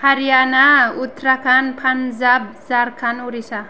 Haryana Uttarakhand Punjab Jharkhand Orissa